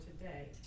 today